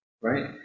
right